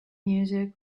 music